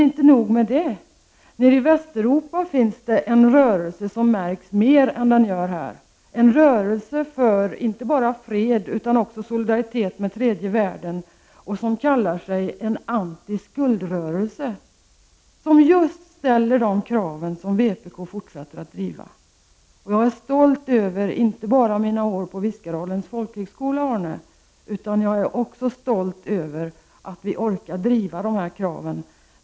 Inte nog med det: I Västeuropa finns en rörelse som märks mer än den gör här, en rörelse inte bara för fred utan också för solidaritet med tredje världen. Den kallar sig en antiskuldrörelse, och den ställer just de krav som vpk fortsätter att driva. Jag är stolt över inte bara mina år på Viskadalens folkhögskola, Arne Kjörnsberg, utan jag är också stolt över att vi orkar driva dessa krav.